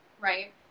right